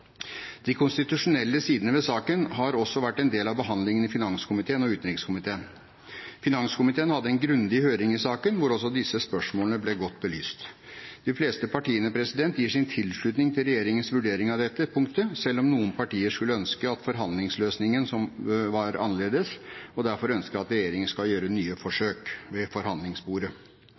De konstitusjonelle sidene ved saken har også vært en del av behandlingen i finanskomiteen og utenrikskomiteen. Finanskomiteen hadde en grundig høring i saken, hvor også disse spørsmålene ble godt belyst. De fleste partiene gir sin tilslutning til regjeringens vurdering av dette punktet, selv om noen partier skulle ønske at forhandlingsløsningen var annerledes, og derfor ønsker at regjeringen skal gjøre nye forsøk ved forhandlingsbordet.